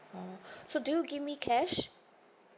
uh so do you give me cash